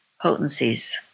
potencies